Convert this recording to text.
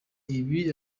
ibi